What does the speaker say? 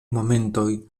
momentoj